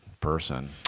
person